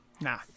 Nah